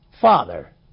Father